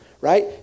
right